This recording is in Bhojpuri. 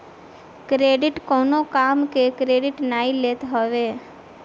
क्रेडिट कवनो काम के क्रेडिट नाइ लेत हवे